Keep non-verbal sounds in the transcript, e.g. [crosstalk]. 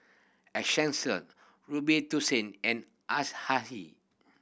Essential Robitussin and [unintelligible]